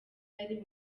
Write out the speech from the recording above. yari